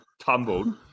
tumbled